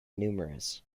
numerous